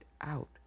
out